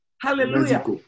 Hallelujah